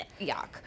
yuck